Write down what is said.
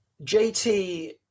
JT